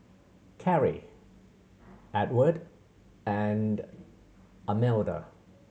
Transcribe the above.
Carri Edward and Almeda